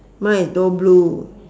mine is both blue